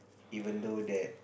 even though that